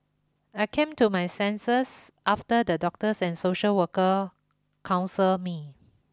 I came to my senses after the doctors and social workers counselled me